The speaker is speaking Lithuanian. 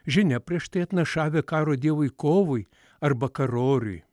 žinia prieš tai atnašavę karo dievui kovui arba karorui